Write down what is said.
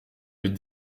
veut